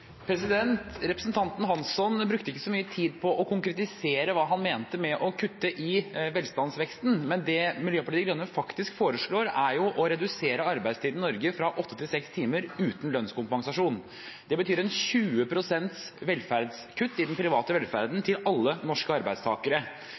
tid på å konkretisere hva han mente med å kutte i velstandsveksten, men det Miljøpartiet De Grønne faktisk foreslår, er å redusere arbeidstiden i Norge fra åtte til seks timer uten lønnskompensasjon. Det betyr 20 pst. velferdskutt i den private